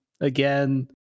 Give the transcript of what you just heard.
again